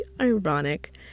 ironic